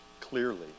clearly